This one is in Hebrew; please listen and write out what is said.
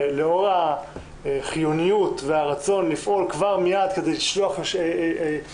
לאור החיוניות והרצון לפעול כבר מיד כדי לשלוח סדר-יום,